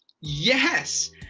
yes